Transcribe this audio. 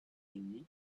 unis